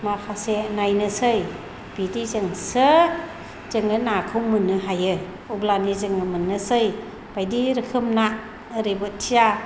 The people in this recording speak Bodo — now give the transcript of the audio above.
माखासे नायनोसै बिदिजोंसो जोङो नाखौ मोननो हायो अब्लानो जोङो मोननोसै बायदि रोखोम ना ओरैबो थिया